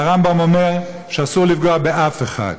והרמב"ם אומר שאסור לפגוע באף אחד.